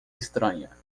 estranha